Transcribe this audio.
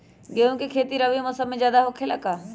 गेंहू के खेती रबी मौसम में ज्यादा होखेला का?